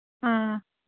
ꯑꯥ